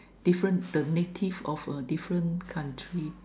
different the native of a different country